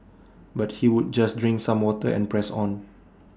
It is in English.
but he would just drink some water and press on